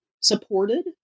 supported